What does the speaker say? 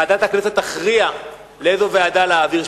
ועדת הכנסת תכריע לאיזו ועדה להעביר.